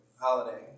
holiday